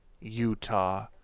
Utah